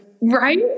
Right